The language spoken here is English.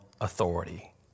authority